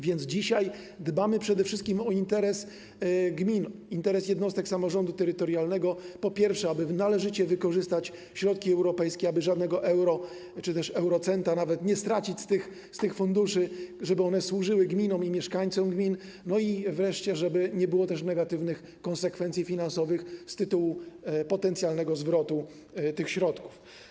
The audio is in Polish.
Więc dzisiaj dbamy przede wszystkim o interes gmin, interes jednostek samorządu terytorialnego, po pierwsze, aby należycie wykorzystać środki europejskie, aby żadnego euro czy też nawet eurocenta nie stracić z tych funduszy, żeby one służyły gminom i mieszkańcom gmin, i wreszcie, żeby nie było negatywnych konsekwencji finansowych z tytułu potencjalnego zwrotu tych środków.